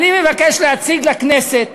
מבקש להציג לכנסת